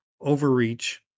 overreach